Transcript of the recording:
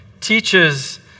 teaches